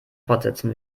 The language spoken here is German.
fortsetzen